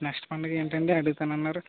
next పండుగ ఏంటండీ అడుగుతానన్నారు